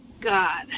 God